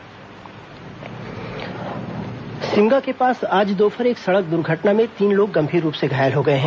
दुर्घटना सिमगा के पास आज दोपहर एक सड़क द्वर्घटना में तीन लोग गंभीर रूप से घायल हो गए हैं